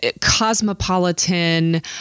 cosmopolitan